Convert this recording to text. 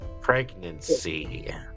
pregnancy